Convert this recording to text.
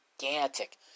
Gigantic